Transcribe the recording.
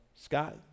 Scott